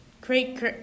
create